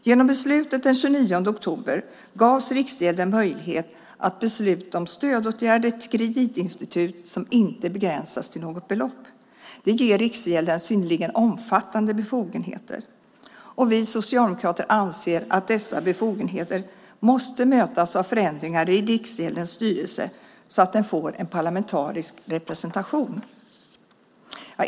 Genom beslutet den 29 oktober gavs Riksgälden möjlighet att besluta om stödåtgärder till kreditinstitut som inte begränsas till något belopp. Det ger Riksgälden synnerligen omfattande befogenheter. Vi socialdemokrater anser att dessa nya befogenheter måste mötas av förändringar i Riksgäldens styrelse så att den får en parlamentarisk representation.